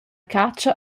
catscha